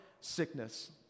sickness